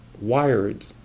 wired